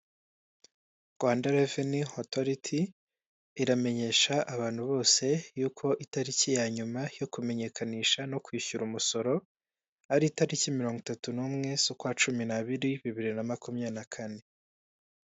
Rwanda Revenue Autority, iramenyesha abantu bose, y'uko itariki ya nyuma yo kumenyekanisha no kwishyura umusoro, ari itariki mirongo itatu n'umwe z'ukwa cumi n'abiri, bibiri na makumyari na kane.